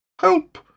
Help